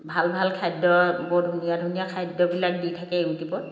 ভাল ভাল খাদ্য বৰ ধুনীয়া ধুনীয়া খাদ্যবিলাক দি থাকে ইউটিউবত